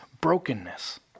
brokenness